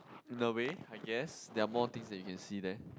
in a way I guess there are more things that you can see there